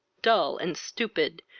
dull, and stupid,